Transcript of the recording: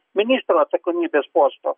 ministro atsakomybės posto